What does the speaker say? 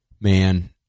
man